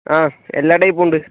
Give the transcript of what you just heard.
ആ എല്ലാ ടൈപ്പുമുണ്ട്